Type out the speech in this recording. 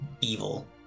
evil